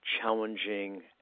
challenging